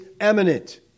eminent